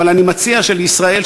אבל אני מציע לישראל,